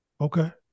Okay